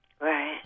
Right